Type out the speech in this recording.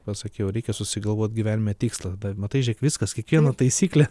pasakiau reikia susigalvot gyvenime tikslą matai žiūrėk viskas kiekviena taisyklė